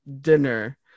dinner